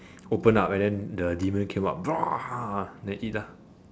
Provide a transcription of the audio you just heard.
open up and then the demon came up then eat lah